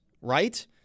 right